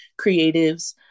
creatives